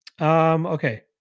Okay